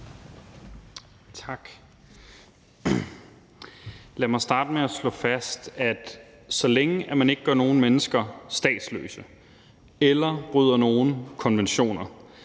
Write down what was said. Lad mig starte med at slå fast, at så længe man ikke gør nogen mennesker statsløse eller bryder nogen konventioner,